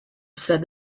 said